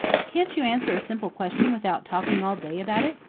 can't you answer a simple question without talking all day about it?